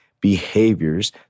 behaviors